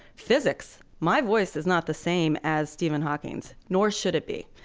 physics, my voice is not the same as stephen hawking's, nor should it be.